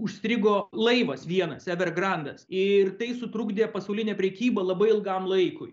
užstrigo laivas vienas evergrandas ir tai sutrukdė pasaulinę prekybą labai ilgam laikui